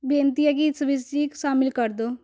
ਬੇਨਤੀ ਹੈ ਕਿ ਇਸ ਵਿੱਚ ਹੀ ਸ਼ਾਮਿਲ ਕਰ ਦਿਓ